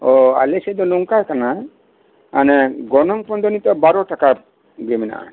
ᱚᱻ ᱟᱞᱮ ᱥᱮᱫ ᱫᱚ ᱱᱚᱝᱠᱟ ᱠᱟᱱᱟ ᱢᱟᱱᱮ ᱜᱚᱱᱚᱝ ᱯᱚᱱ ᱫᱚ ᱱᱤᱛᱚᱜ ᱵᱟᱨᱚ ᱴᱟᱠᱟ ᱜᱮ ᱢᱮᱱᱟᱜᱼᱟ